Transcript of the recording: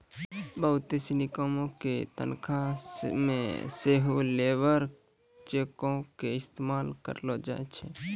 बहुते सिनी कामो के तनखा मे सेहो लेबर चेको के इस्तेमाल करलो जाय छै